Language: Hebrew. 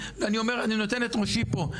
ואני נותן את ראשי פה,